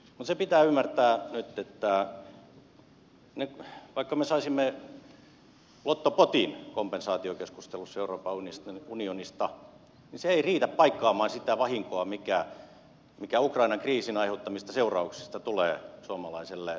mutta se pitää ymmärtää nyt että vaikka me saisimme lottopotin kompensaatiokeskustelussa euroopan unionista se ei riitä paikkaamaan sitä vahinkoa mikä ukrainan kriisin aiheuttamista seurauksista tulee suomalaiselle maataloudelle